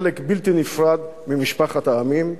חלק בלתי נפרד ממשפחת העמים?